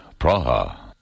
Praha